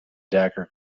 dagger